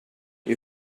you